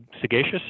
sagacious